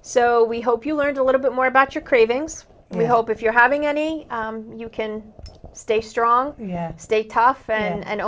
so we hope you learned a little bit more about your cravings will help if you're having any you can stay strong yeah stay tough and